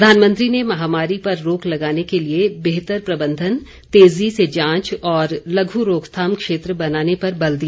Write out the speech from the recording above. प्रधानमंत्री ने महामारी पर रोक लगाने के लिए बेहतर प्रबंधन तेजी से जांच और लघु रोकथाम क्षेत्र बनाने पर बल दिया